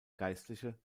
geistliche